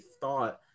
thought